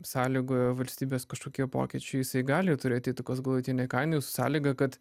sąlygojo valstybės kažkokie pokyčiai jisai gali turėt įtakos galutinei kainai su sąlyga kad